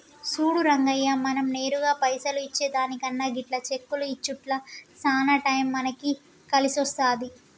సూడు రంగయ్య మనం నేరుగా పైసలు ఇచ్చే దానికన్నా గిట్ల చెక్కులు ఇచ్చుట్ల సాన టైం మనకి కలిసొస్తాది